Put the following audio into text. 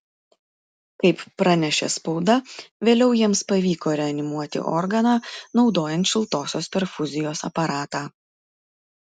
kaip pranešė spauda vėliau jiems pavyko reanimuoti organą naudojant šiltosios perfuzijos aparatą